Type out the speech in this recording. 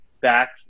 back